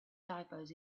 typos